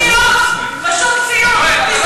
סיוט, פשוט סיוט.